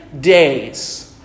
days